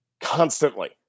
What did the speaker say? constantly